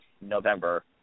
November